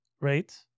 right